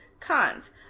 Cons